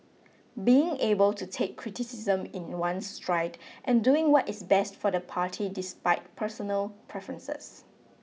being able to take criticism in one's stride and doing what is best for the party despite personal preferences